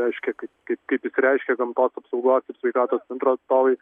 reiškia kaip kaip išsireiškė gamtos apsaugos ir sveikatos centro atstovai